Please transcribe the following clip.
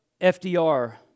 FDR